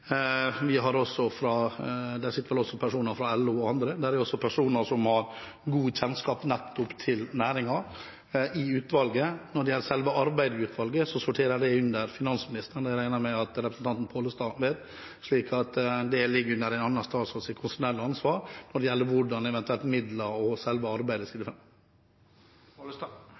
Norge og også andre aktører, har spilt inn personer som sitter i utvalget. Det sitter vel også personer fra LO og andre der, og det er også personer som har god kjennskap til næringen, i utvalget. Når det gjelder selve arbeidet i utvalget, sorterer det under finansministeren, det regner jeg med at representanten Pollestad vet. Så det som gjelder midler og hvordan selve arbeidet skrider fram, ligger altså under en annen statsråds konstitusjonelle ansvar.